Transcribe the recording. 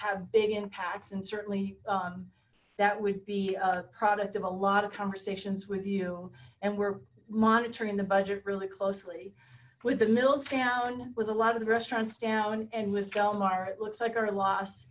have big impacts and certainly that would be a product of a lot of conversations with you and we're monitoring the budget really closely with the mills down with a lot of the restaurants down and with delmar it looks like our loss